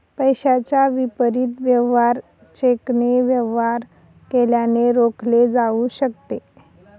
पैशाच्या विपरीत वेवहार चेकने वेवहार केल्याने रोखले जाऊ शकते